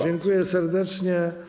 Dziękuję serdecznie.